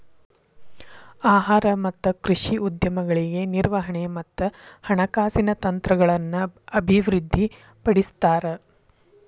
ಆಹಾರ ಮತ್ತ ಕೃಷಿ ಉದ್ಯಮಗಳಿಗೆ ನಿರ್ವಹಣೆ ಮತ್ತ ಹಣಕಾಸಿನ ತಂತ್ರಗಳನ್ನ ಅಭಿವೃದ್ಧಿಪಡಿಸ್ತಾರ